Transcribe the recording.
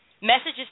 messages